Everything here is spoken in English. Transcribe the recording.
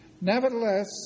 Nevertheless